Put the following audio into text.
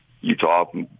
Utah